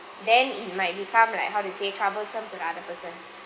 then it might become like how to say troublesome to other person